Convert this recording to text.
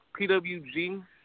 PWG